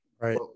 Right